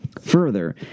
further